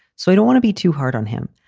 so i don't want to be too hard on him.